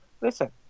listen